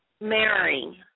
Mary